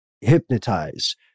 hypnotize